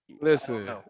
Listen